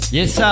Yes